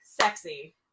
sexy